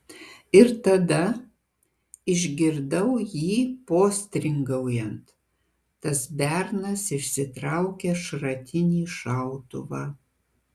ir tada išgirdau jį postringaujant tas bernas išsitraukia šratinį šautuvą